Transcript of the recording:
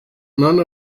none